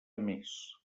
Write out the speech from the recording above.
més